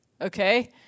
Okay